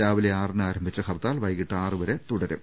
രാവിലെ ആറിന് ആരംഭിച്ച ഹർത്താൽ വൈകിട്ട് ആറ് വരെ തുടരും